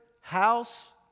house